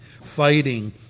fighting